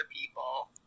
people